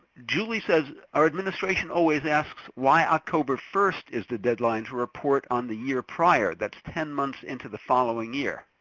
julie says, our administration always asks why october first is the deadline to report on the year prior? that's ten months into the following year.